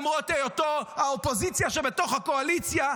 למרות היותו האופוזיציה שבתוך הקואליציה,